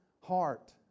heart